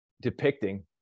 depicting